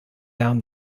down